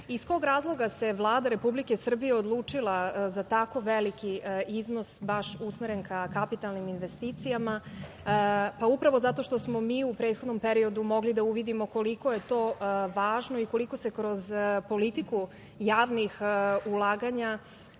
kog razloga se Vlada Republike Srbije odlučila za tako veliki iznos baš usmeren ka kapitalnim investicijama? Upravo zato što smo mi u prethodnom periodu mogli da uvidimo koliko je to važno i koliko se kroz politiku javnih ulaganja